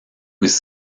was